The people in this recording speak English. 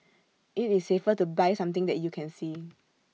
IT is safer to buy something that you can see